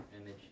image